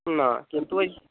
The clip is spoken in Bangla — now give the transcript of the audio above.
না কিন্তু ওই